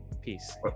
peace